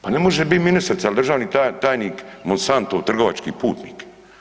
Pa ne može biti ministrica ili državni tajnik, Monsanto trgovački putnik.